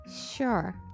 Sure